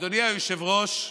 אדוני היושב-ראש,